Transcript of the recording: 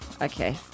okay